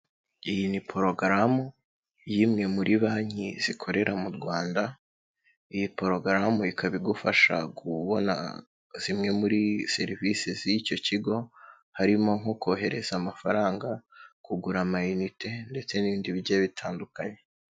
Iyi ni porogaramu y'imwe muri banki zikorera mu Rwanda, iyi porogaramu ikaba igufasha kubona zimwe muri serivise z'icyo kigo, harimo nko kohereza amafaranga, kugura amayinite ndetse n'ibindi bigiye bitandukanye.